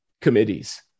committees